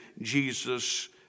Jesus